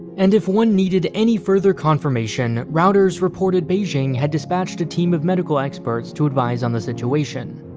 and if one needed any further confirmation, reuters reported beijing had dispatched a team of medical experts to advise on the situation.